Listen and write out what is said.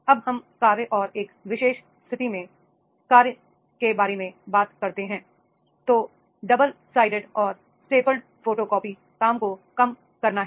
अब हम कार्य और एक विशेष स्थिति के बारे में बात करते हैं तो डबल साइडेड और सोटेबल फोटोकॉपी काम को कम करना है